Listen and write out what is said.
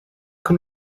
can